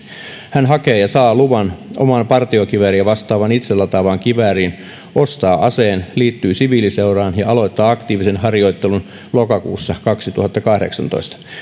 hän hakee ja saa luvan omaan partiokivääriä vastaavaan itselataavaan kivääriin ostaa aseen liittyy siviiliseuraan ja aloittaa aktiivisen harjoittelun lokakuussa kaksituhattakahdeksantoista